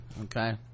okay